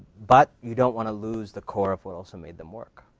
but you don't wanna lose the core of what also made them work.